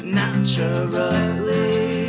naturally